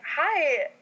hi